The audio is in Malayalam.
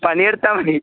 പണി എടുത്താൽ മതി